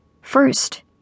first